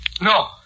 No